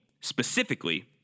Specifically